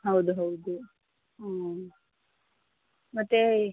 ಹೌದು ಹೌದು ಹ್ಞೂ ಮತ್ತೆ